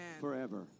forever